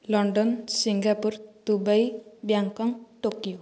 London Singapore Dubai Bangkok Tokyo